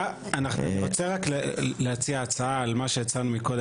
אני רוצה רק להציע הצעה על מה שהצענו מקודם.